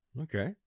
okay